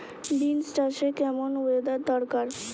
Beans চাষে কেমন weather দরকার?